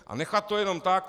A nechat to jenom tak?